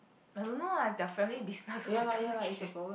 but I don't know lah their family business what I don't care